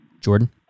jordan